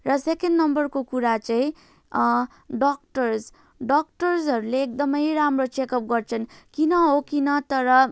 र सेकेन्ड नम्बरको कुरा चाहिँ डक्टर्स डक्टर्सहरूले एकदमै राम्रो चेकअप गर्छन् किन हो किन तर